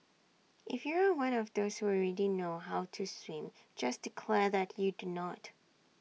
if you are one of those who already know how to swim just declare that you do not